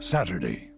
Saturday